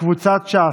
קבוצת סיעת ש"ס,